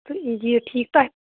تہٕ یہِ ٹھیٖک تۄہہِ